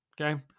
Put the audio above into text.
Okay